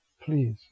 Please